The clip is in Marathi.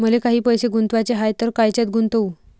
मले काही पैसे गुंतवाचे हाय तर कायच्यात गुंतवू?